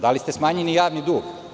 Da li ste smanjili javni dug?